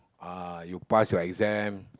uh you pass your exam